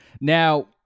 now